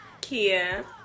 Kia